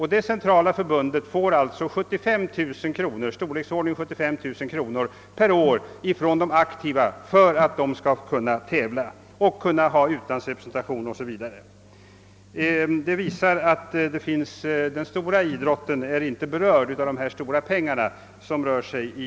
Det centrala förbundet får den vägen omkring 75 000 kronor per år av de aktiva för att de skall kunna tävla och representera vid tävlingar i utlandet. Detta visar väl att den stora idrotten inte är berörd av de stora pengar som en del arenaidrotter rör sig med.